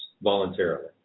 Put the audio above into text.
voluntarily